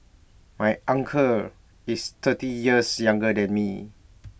my uncle is thirty years younger than me